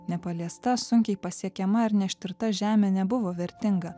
nepaliesta sunkiai pasiekiama ir neištirta žemė nebuvo vertinga